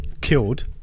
Killed